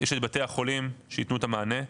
יש את בתי החולים שיתנו את המענה,